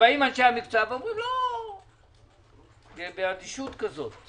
ובאים אנשי המקצוע ואומרים, "לא" באדישות כזאת.